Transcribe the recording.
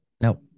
No